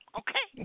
okay